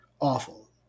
Awful